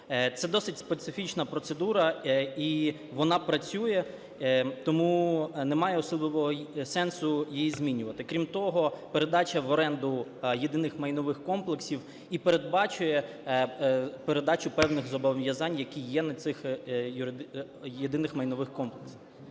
Це досить специфічна процедура, і вона працює, тому немає особливого сенсу її змінювати. Крім того, передача в оренду єдиних майнових комплексів і передбачує передачу певних зобов'язань, які є на цих єдиних майнових комплексах.